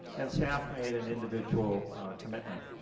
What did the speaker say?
and staff made an individual commitment.